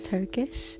Turkish